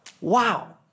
wow